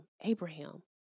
Abraham